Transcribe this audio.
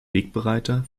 wegbereiter